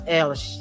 else